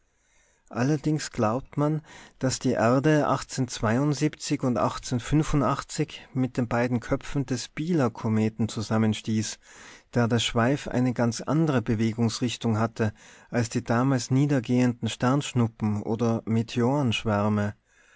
allerdings glaubt man daß die erde und mit den beiden köpfen des biela kometen zusammenstieß da der schweif eine ganz andre bewegungsrichtung hatte als die damals niedergehenden sternschnuppen oder